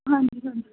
ਹਾਂਜੀ ਹਾਂਜੀ